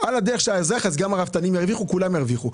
על הדרך גם הרפתנים ירוויחו וכולם ירוויחו.